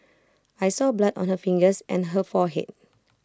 I saw blood on her fingers and her forehead